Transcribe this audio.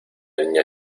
niña